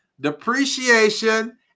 depreciation